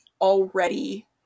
already